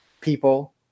people